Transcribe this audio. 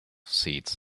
seats